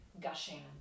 gushing